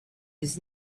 his